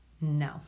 No